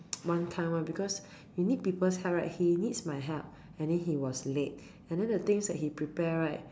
one kind [one] because you need people's help right he needs my help and then he was late and then the things that he prepare right